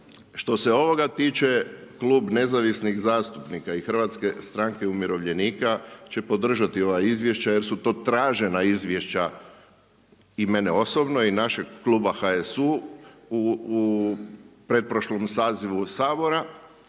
što se ovoga tiče Klub nezavisnih zastupnika i HSU će podržati ova izvješća jer su to tražena izvješća i mene osobno i našeg Kluba HSU u pretprošlom sazivu Sabora,